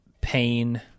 pain